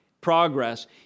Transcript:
progress